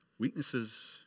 Weaknesses